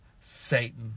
Satan